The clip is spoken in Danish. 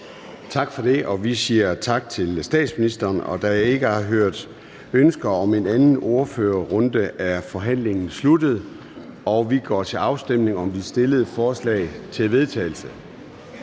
Tak for det. Vi siger tak til statsministeren. Da jeg ikke har hørt ønsker om en anden ordførerrunde, er forhandlingen sluttet, og vi går til afstemning om de fremsatte forslag til vedtagelse.